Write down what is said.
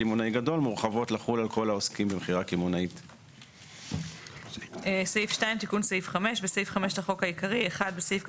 הסכום של ההיטל נקבע בחוק כיום 10 אגורות כולל מע"מ.